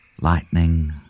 Lightning